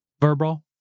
Verbal